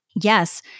yes